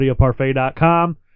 audioparfait.com